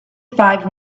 five